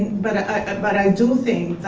but ah i but i do think